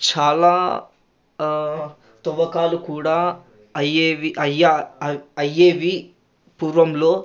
చాలా తవ్వకాలు కూడా అయ్యేవి అయ్యా అయ్యేవి పూర్వంలో